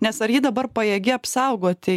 nes ar ji dabar pajėgi apsaugoti